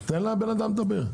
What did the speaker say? ביטון, תן לבן אדם לדבר.